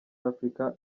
africa